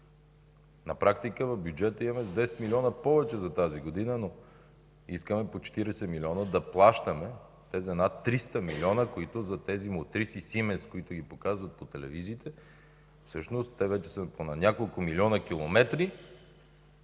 На практика в бюджета имаме 10 милиона повече за тази година, но искаме с по 40 милиона да плащаме тези над 300 милиона, които са за тези мотриси „Сименс”, които ги показват по телевизиите. Всъщност те вече са на по няколко милиона километра,